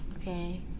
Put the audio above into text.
okay